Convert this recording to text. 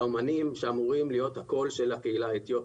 האומנים שאמורים להיות הקול של הקהילה האתיופית.